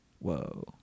whoa